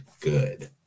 good